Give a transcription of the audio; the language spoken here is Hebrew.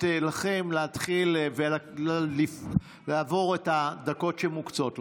לכם להתחיל ולעבור את הדקות שמוקצות לכם,